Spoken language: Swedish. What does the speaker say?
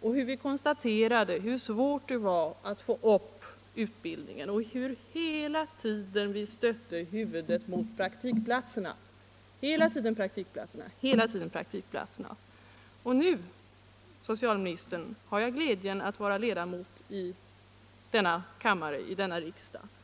hur vi konstaterade hur svårt det var att få upp utbildningen och hur vi hela tiden stötte huvudet mot praktikplatserna — hela tiden mot praktikplatserna. Nu, herr socialminister, har jag glädjen att vara ledamot av riksdagen.